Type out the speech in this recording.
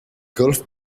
golf